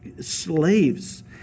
slaves